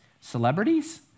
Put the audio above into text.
celebrities